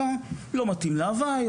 אלא לא מתאים להוואי,